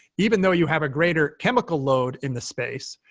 even though you have a greater chemical load in the space,